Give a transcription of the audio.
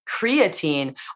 creatine